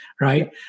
right